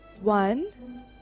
One